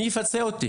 מי יפצה אותי?